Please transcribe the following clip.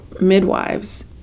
midwives